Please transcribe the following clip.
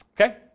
Okay